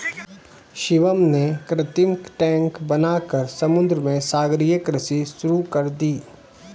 शिवम ने कृत्रिम टैंक बनाकर समुद्र में सागरीय कृषि शुरू कर दी